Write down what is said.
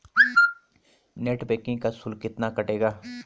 Net banking का शुल्क कितना कटेगा?